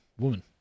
Woman